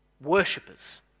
worshippers